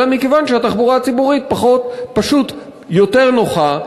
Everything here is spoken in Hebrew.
אלא מכיוון שהתחבורה הציבורית פשוט יותר נוחה,